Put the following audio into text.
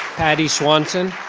patty swanson.